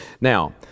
Now